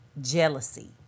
jealousy